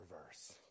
reverse